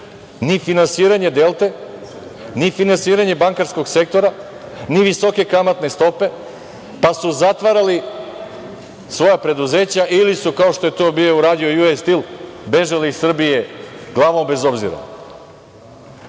ni finansiranje „Delte“, ni finansiranje bankarskog sektora, ni visoke kamatne stope, pa su zatvarali svoja preduzeća ili su, kao što je to bio uradio „Ju es stil“, bežali iz Srbije glavom bez obzira.